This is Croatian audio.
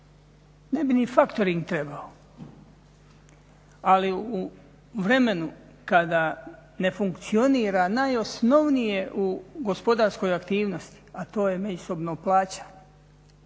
Ne bi ni factoring trebao. Ali u vremenu kada ne funkcionira najosnovnije u gospodarskoj aktivnosti a to je međusobno plaćanje